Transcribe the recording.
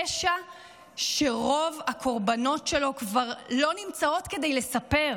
פשע שרוב הקורבנות שלו כבר לא נמצאות כדי לספר.